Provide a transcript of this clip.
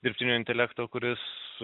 dirbtinio intelekto kuris